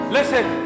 Listen